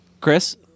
Chris